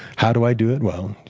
how do i do it? well,